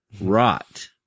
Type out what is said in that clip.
rot